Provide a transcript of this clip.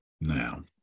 Now